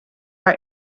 our